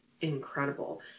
incredible